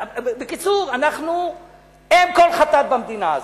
בקיצור, אנחנו אם כל חטאת במדינה הזאת.